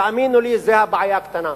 תאמינו לי, זה בעיה קטנה,